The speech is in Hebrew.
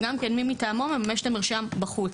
וגם כמי מטעמו מממש את המרשם בחוץ,